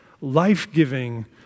life-giving